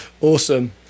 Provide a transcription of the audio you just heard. awesome